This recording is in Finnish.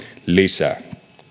lisää